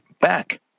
back